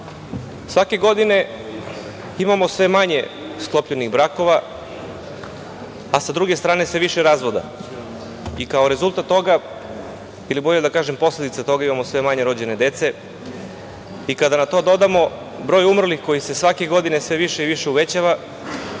svake godine imamo sve manje sklopljenih brakova, a sa druge strane sve više razvoda i kao rezultat toga ili bolje da kažem kao posledicu toga imamo sve manje rođene dece. Kada na to dodamo broj umrlih koji se svake godine sve više i više uvećava,